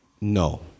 no